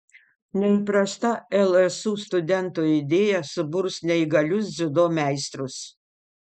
neįprasta lsu studentų idėja suburs neįgalius dziudo meistrus